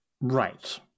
Right